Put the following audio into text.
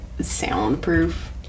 soundproof